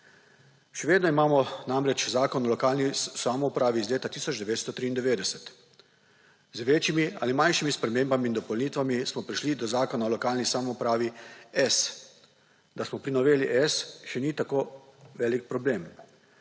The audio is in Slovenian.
Še vedno imamo namreč zakon o lokalni samoupravi iz leta 1993. Z večjimi ali manjšimi spremembami in dopolnitvami smo prišli do zakona o lokalni samoupravi S, da smo pri noveli S še ni tako velik problem.